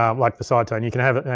um like the sidetone, you can have it,